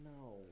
No